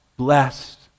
blessed